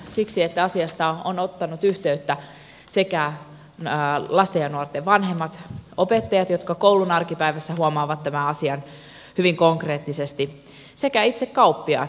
siksi että asiasta ovat ottaneet yhteyttä lasten ja nuorten vanhemmat opettajat jotka koulun arkipäivässä huomaavat tämän asian hyvin konkreettisesti sekä itse kauppiaat